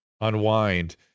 unwind